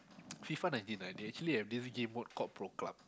FIFA Nineteen ah they actually have this game mode called Pro Club